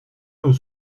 nous